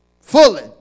fully